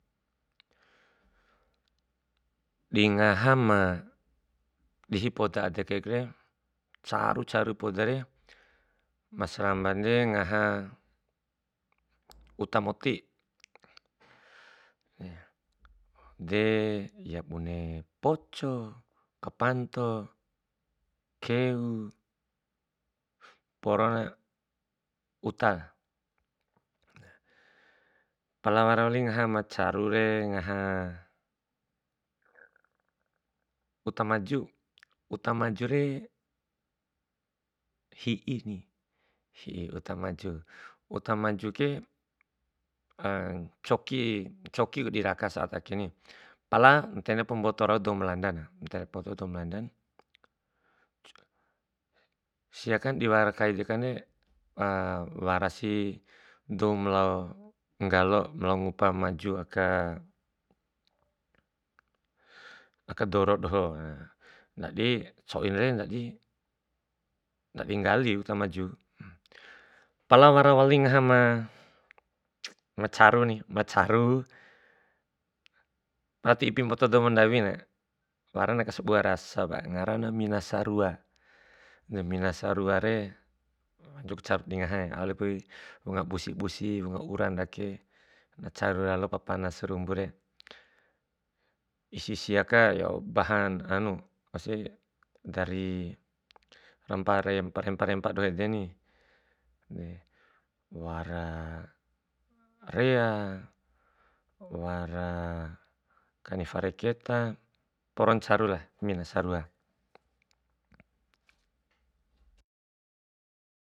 Dingaha ma dihi poda ade kaikre, caru caru podare, ma serambande ngaha uta moti de ya buni poco, kapanto, keu, porona uta, pala wara wali ngaha macarure ngaha uta maju, uta majure hi'i ni, hi'i uta maju, uta maju ke ncoki, ncoki ku dirasa saat akeni, pala ntene pa mboto rau dou ma landan, ntene pa mbotona dou malandan. Siakan diwara kai dekanre warasi dou ma lao nggalo ma lao ngupa maju aka aka doro doho ndadi ncoire, ndadi, ndadi nggali uta maju. Pala wara wali ngaha ma ma caru ni, ba caru, pala di ipi mboto dou ma ndawina, warana aka sebua rasapa ngaran mina sarua, de mina sarua re wacuku caru dingaha aup walip wunga busi busi wunga ura ndake, na caru lalopa pana sarumbure. Isi siaka bahan anu auske dari rempa rempa doho edeni, wara rea, wara kani fare keta, poron carulah mina sarua.